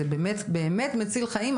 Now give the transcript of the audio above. זה באמת, באמת מציל חיים.